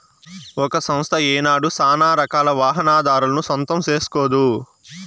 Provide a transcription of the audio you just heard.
ఒక సంస్థ ఏనాడు సానారకాల వాహనాదారులను సొంతం సేస్కోదు